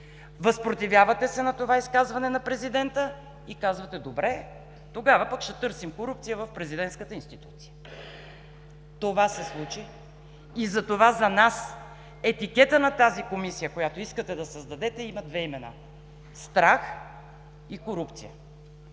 Възпротивявате се на това изказване на президента и казвате: „Добре, тогава пък ще търсим корупция в президентската институция“. Това се случи и затова за нас етикетът на Комисията, която искате да създадете има две имена: Страх и Корупция.